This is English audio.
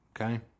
Okay